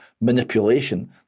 manipulation